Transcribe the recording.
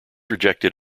rejected